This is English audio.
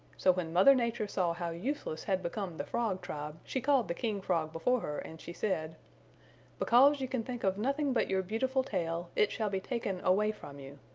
so when mother nature saw how useless had become the frog tribe she called the king frog before her and she said because you can think of nothing but your beautiful tail it shall be taken away from you.